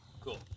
Cool